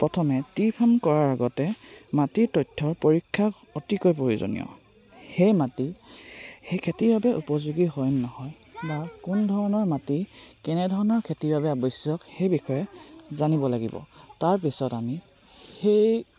প্ৰথমে tree farm কৰাৰ আগতে মাটিৰ তথ্যৰ পৰীক্ষা অতিকৈ প্ৰয়োজনীয় সেই মাটি সেই খেতিৰ বাবে উপযোগী হয় নহয় বা কোন ধৰণৰ মাটি কেনেধৰণৰ খেতিৰ বাবে আৱশ্যক সেই বিষয়ে জানিব লাগিব তাৰপিছত আমি সেই